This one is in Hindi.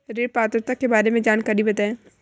ऋण पात्रता के बारे में जानकारी बताएँ?